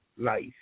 life